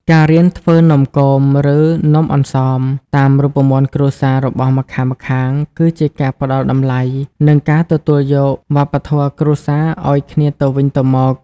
ការរៀនធ្វើ "នំគម" ឬ "នំអន្សម" តាមរូបមន្តគ្រួសាររបស់ម្ខាងៗ គឺជាការផ្ដល់តម្លៃ និងការទទួលយកវប្បធម៌គ្រួសារឱ្យគ្នាទៅវិញទៅមក។